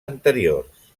anteriors